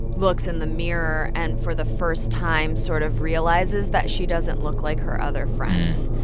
looks in the mirror and for the first time sort of realizes that she doesn't look like her other friends.